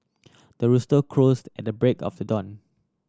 the rooster crows at the break of the dawn